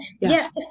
Yes